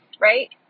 Right